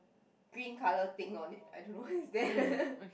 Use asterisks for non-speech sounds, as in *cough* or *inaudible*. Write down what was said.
green colour thing on it I don't know what is that *laughs*